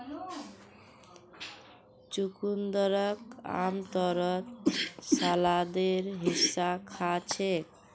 चुकंदरक आमतौरत सलादेर हिस्सा खा छेक